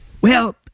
Well-